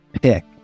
pick